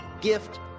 gift